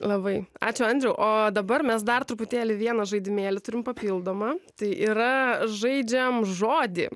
labai ačiū andriau o dabar mes dar truputėlį vieną žaidimėlį turim papildomą tai yra žaidžiam žodį